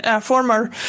former